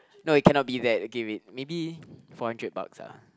no it cannot be that okay wait maybe four hundred bucks ah